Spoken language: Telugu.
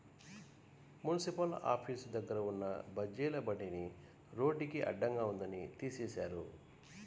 మున్సిపల్ ఆఫీసు దగ్గర ఉన్న బజ్జీల బండిని రోడ్డుకి అడ్డంగా ఉందని తీసేశారు